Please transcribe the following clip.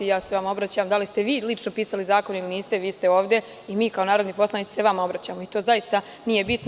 Ja se vama obraćam – da li ste vi lično pisali zakon ili niste, vi ste ovde i mi kao narodni poslanici se vama obraćamo i to zaista nije bitno.